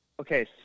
okay